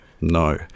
No